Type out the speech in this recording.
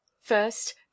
First